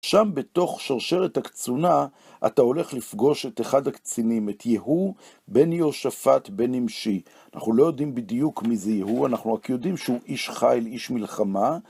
שם, בתוך שרשרת הקצונה, אתה הולך לפגוש את אחד הקצינים, את יהוא, בן יהושפט, בן נמשי. אנחנו לא יודעים בדיוק מי זה יהוא, אנחנו רק יודעים שהוא איש חיל, איש מלחמה.